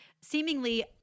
seemingly